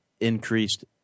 increased –